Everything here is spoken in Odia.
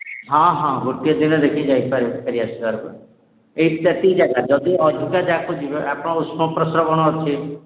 ହଁ ହଁ ଗୋଟିଏ ଦିନ ଦେଖିକି ଯାଇପାରି ଫେରି ଆସିପାରିବେ ଏଇ ଏତିି ଜାଗା ଯଦି ଅଧିକା ଯାହାକୁ ଯିବେ ଆପଣ ଉଷ୍ଣପ୍ରସ୍ରବଣ ଅଛି